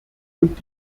und